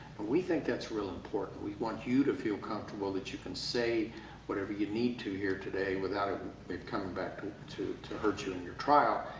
we think that's real important. we want you to feel comfortable that you can say whatever you need to here today without ah it coming back and to to hurt you in your trial.